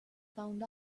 found